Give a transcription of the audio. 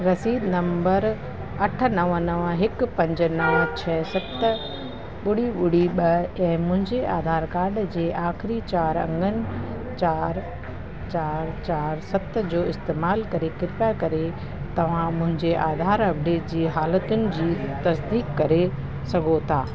रसीद नंबर अठ नव नव हिकु पंज नव छह सत ॿुड़ी ॿुड़ी ॿ ऐं मुंहिंजे आधार कार्ड जे आखिरी चारि अंगन चारि चारि चारि सत जो इस्तेमाल करे कृपा करे तव्हां मुंहिंजे आधार अपडेट जी हालतुनि जी तसदीक करे सघो था